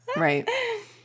Right